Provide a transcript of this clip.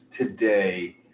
today